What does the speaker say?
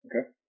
Okay